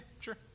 sure